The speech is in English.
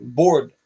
board